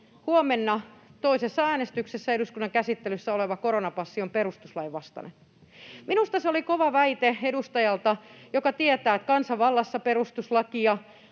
huomenna toisessa käsittelyssä eduskunnan äänestyksessä oleva koronapassi on perustuslain vastainen. Minusta se oli kova väite edustajalta, joka tietää, että kansanvallassa perustuslakia